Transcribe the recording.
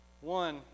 One